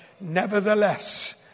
nevertheless